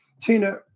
tina